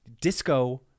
Disco